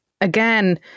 again